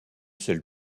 seule